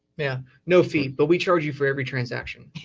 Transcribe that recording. yeah no fee, but we charge you for every transaction.